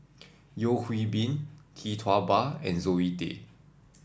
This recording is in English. Yeo Hwee Bin Tee Tua Ba and Zoe Tay